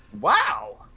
Wow